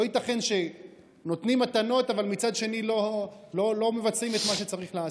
לא ייתכן שנותנים מתנות ומצד שני לא מבצעים את מה שצריך לעשות.